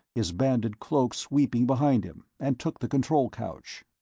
his banded cloak sweeping behind him, and took the control couch.